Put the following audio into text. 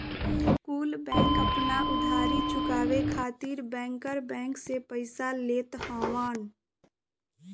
कुल बैंक आपन उधारी चुकाए खातिर बैंकर बैंक से पइसा लेत हवन